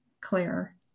Claire